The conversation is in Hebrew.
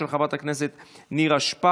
של חברת הכנסת נירה שפק.